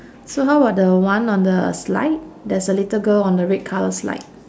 so how about the one on the slide there's a little girl on the red colour slide